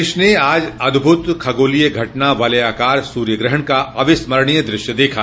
देश ने आज अद्भुत खगोलीय घटना वलयकार सूर्यग्रहण का अविस्मरणीय दृश्य देखा